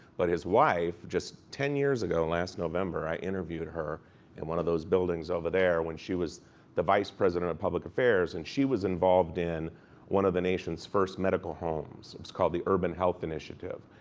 but his wife, just ten years ago, last november, i interviewed her in one of those buildings over there, when she was the vice president of public affairs. and she was involved in one of the nation's first medical homes. it's called the urban health initiative,